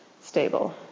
stable